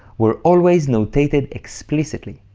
were always notated explicitly.